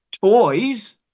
toys